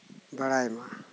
ᱵᱟᱲᱟᱭᱢᱟ